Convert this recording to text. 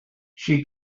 she